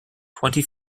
twenty